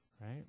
right